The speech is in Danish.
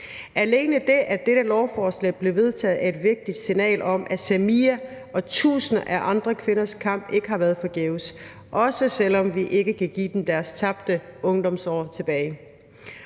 Alene det, at dette lovforslag bliver vedtaget, er et vigtigt signal om, at Samiras og tusindvis af andre kvinders kamp ikke har været forgæves – også selv om vi ikke kan give dem deres tabte ungdomsår tilbage.